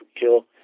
kill